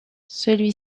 celui